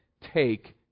Take